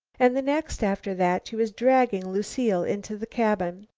and the next after that she was dragging lucile into the cabin.